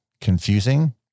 confusing